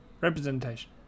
representation